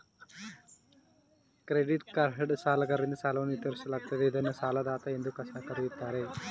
credit card ಸಾಲಗಾರರಿಂದ ಸಾಲವನ್ನ ವಿಸ್ತರಿಸಲಾಗುತ್ತದೆ ಇದ್ನ ಸಾಲದಾತ ಎಂದು ಸಹ ಕರೆಯುತ್ತಾರೆ